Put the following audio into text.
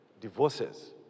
divorces